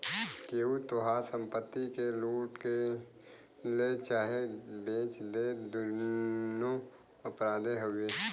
केहू तोहार संपत्ति के लूट ले चाहे बेच दे दुन्नो अपराधे हउवे